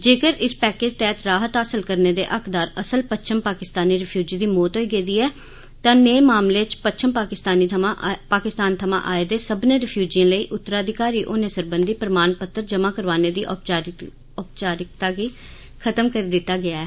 जेगर इस पैकेज तैहत राहत हासल करने दे हकदार असल पच्छम पाकिस्तानी रिफ्यूजी दी मौत होई गेदी ऐ तां नेय मामले च पच्छम पाकिस्तान थमां आए दे सब्मने रिफ्यूजिएं लेई उत्तराधिकारी होने सरबंधी प्रमाण पत्तर जमा करोआने दी औपचारिकता गी खत्म करी दित्ता गेआ ऐ